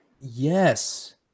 Yes